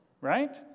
right